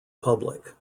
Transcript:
public